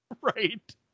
Right